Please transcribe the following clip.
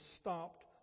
stopped